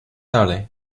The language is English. early